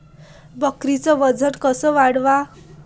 बकरीचं वजन कस वाढवाव?